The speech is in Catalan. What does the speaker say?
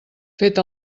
fet